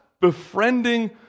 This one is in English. befriending